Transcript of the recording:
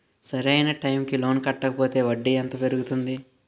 సరి అయినా టైం కి లోన్ కట్టకపోతే వడ్డీ ఎంత పెరుగుతుంది?